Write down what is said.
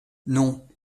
non